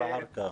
בקצרה